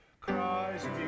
Christ